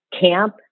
camp